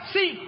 See